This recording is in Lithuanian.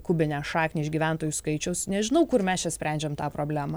kubinę šaknį iš gyventojų skaičiaus nežinau kur mes čia sprendžiam tą problemą